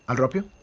um drop you?